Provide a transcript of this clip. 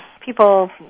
people